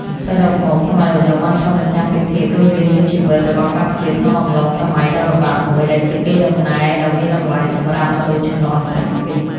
សរុបមក សម័យឧដុង្គបានឆ្លុះបញ្ចាំងពីភាពរស់រានមានជីវិតរបស់កម្ពុជាក្នុងអំឡុងសម័យដ៏លំបាកមួយ ដែលជាកេរដំណែលដ៏មានតម្លៃសម្រាប់មនុស្សជំនាន់ក្រោយ។